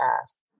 asked